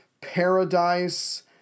paradise